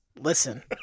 Listen